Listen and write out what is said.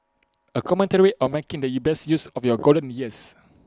A commentary on making the best use of your golden years